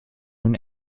nun